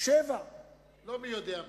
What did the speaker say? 7. לא מי יודע מה.